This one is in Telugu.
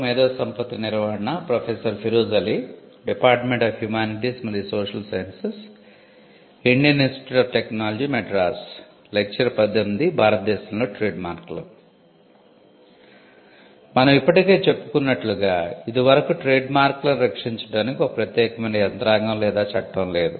మనం ఇప్పటికే చెప్పుకున్నట్లుగా ఇది వరకు ట్రేడ్మార్క్లను రక్షించడానికి ఒక ప్రత్యేకమైన యంత్రాంగం లేదా చట్టం లేదు